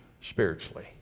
spiritually